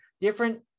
different